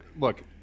look